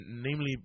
namely